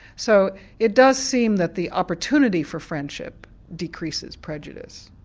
so it does seem that the opportunity for friendship decreases prejudice.